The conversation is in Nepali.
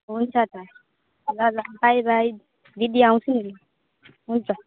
हुन्छ त ल ल बाई बाई दिदी आउँछु नि हुन्छ